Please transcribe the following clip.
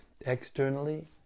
externally